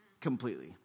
completely